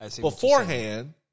beforehand